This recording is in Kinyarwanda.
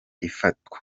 ifatwa